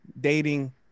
dating